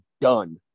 done